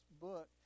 book